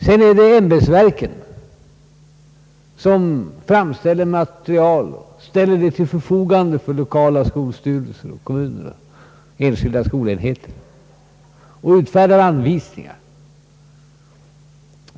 Sedan är det ämbetsverken som framställer materialet och ställer det till förfogande för lokala skolstyrelser, kommuner och enskilda skolenheter samt utfärdar anvisningar.